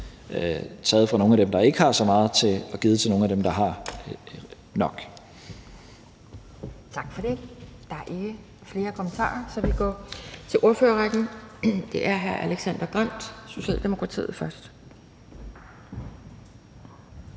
taget fra nogle af dem, der ikke har så meget, og givet til nogle af dem, der har nok. Kl. 12:18 Anden næstformand (Pia Kjærsgaard): Tak for det. Der er ikke flere kommentarer, så vi går til ordførerrækken. Det er hr. Alexander Grandt, Socialdemokratiet, først.